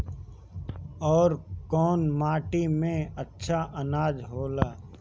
अवर कौन माटी मे अच्छा आनाज होला?